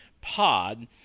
pod